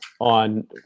on